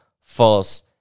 false